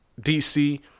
DC